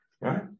Right